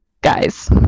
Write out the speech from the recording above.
guys